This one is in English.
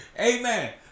Amen